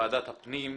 היום: